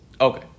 Okay